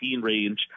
range